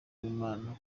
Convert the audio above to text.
w’imana